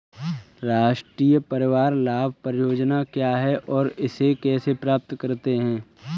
राष्ट्रीय परिवार लाभ परियोजना क्या है और इसे कैसे प्राप्त करते हैं?